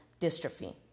dystrophy